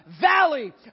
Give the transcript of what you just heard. valley